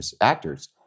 actors